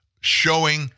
showing